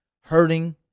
hurting